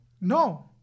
No